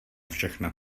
všechno